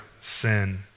sin